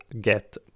get